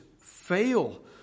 fail